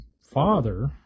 father